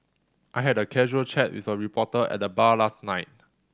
I had a casual chat with a reporter at the bar last night